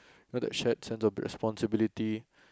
like that shared sense of responsibility